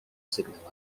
sygnał